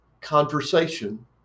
conversation